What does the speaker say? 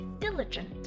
diligent